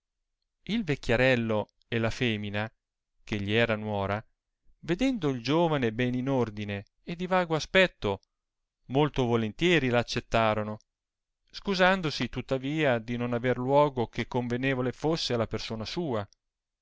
il vecchiarello e la femina che gli era nuora vedendo il giovane ben in ordine e di vago aspetto molto volentieri l'accettarono scusandosi tuttavia di non aver luogo che convenevole fosse alla persona sua